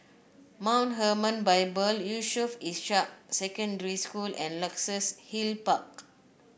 Mount Hermon Bible Yusof Ishak Secondary School and Luxus Hill Park